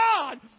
God